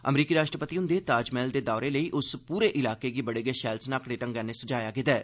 अमरीकी राष्ट्रपति हुंदे ताजमैह्ल दे दौरे लेई उस पूरे इलाके गी बड़े गै शैल सनाखड़े ढंग्गै नै सजाया गेदा ऐ